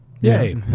Yay